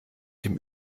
dem